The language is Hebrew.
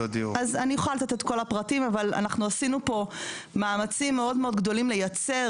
יכולה לתת את כל הפרטים אבל אנחנו עשינו פה מאמצים מאוד גדולים לייצר